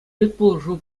медпулӑшу